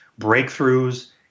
breakthroughs